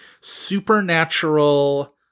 Supernatural